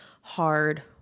hard